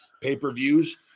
pay-per-views